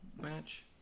match